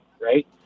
right